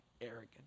arrogant